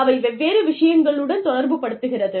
அவை வெவ்வேறு விஷயங்களுடன் தொடர்புபடுத்துகிறது